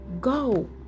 go